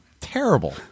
terrible